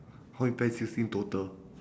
how many pears do you see in total